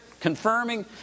confirming